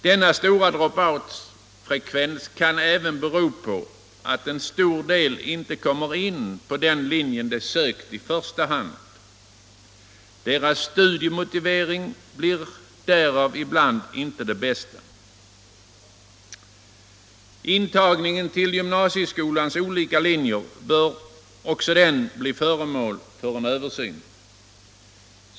Denna stora drop out-frekvens kan även bero på att många inte kommer in på den linje de sökt till i första hand. Deras studiemotivering blir därför ibland inte den bästa. Intagningen till gymnasieskolans olika linjer bör också bli föremål för en översyn.